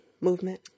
movement